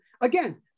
Again